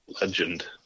legend